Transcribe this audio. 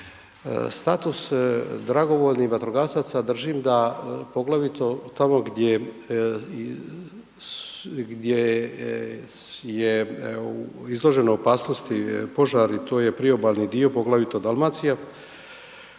Status dragovoljnih vatrogasaca držim da, poglavito tamo gdje je izloženo opasnosti požari, to je priobalni dio, poglavito Dalmacija,